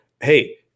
hey